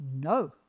No